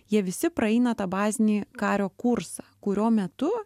jie visi praeina tą bazinį kario kursą kurio metu